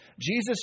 Jesus